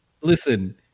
Listen